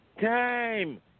Time